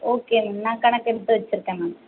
okay ma'am நான் கணக்கு எடுத்து வெச்சுருக்கேன் மேம்